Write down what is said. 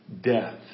death